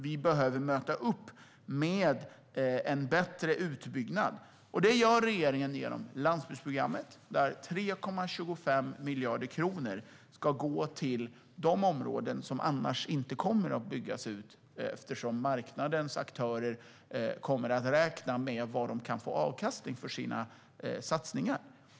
Vi behöver möta detta med en bättre utbyggnad, och det gör regeringen genom landsbygdsprogrammet. 3,25 miljarder kronor ska gå till de områden där det annars inte kommer att byggas ut eftersom marknadens aktörer inte kommer att få avkastning på sina satsningar där.